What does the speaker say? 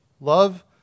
Love